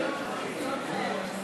כאן כרגע.